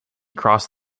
crossed